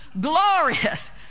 glorious